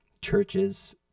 churches